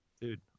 Dude